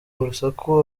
urusaku